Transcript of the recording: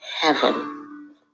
heaven